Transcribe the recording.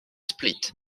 split